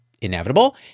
inevitable